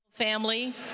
family